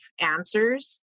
answers